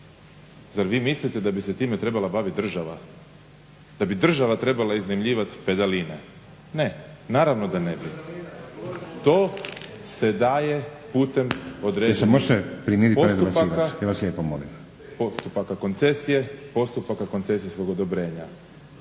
Zar vi mislite da bi se time trebala baviti država? Da bi država trebala iznajmljivati pedaline? Ne, naravno da ne bi. To se daje putem određenog postupka koncesije, postupka koncesijskog odobrenja.